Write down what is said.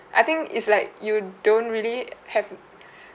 I think it's like you don't really have uh